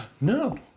no